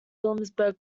williamsburg